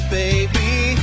baby